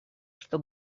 что